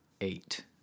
eight